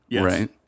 right